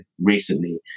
recently